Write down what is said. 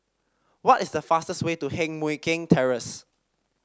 what is the fastest way to Heng Mui Keng Terrace